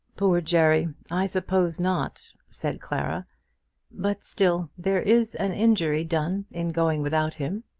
poor jerry! i suppose not, said clara but still there is an injury done in going without him.